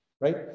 right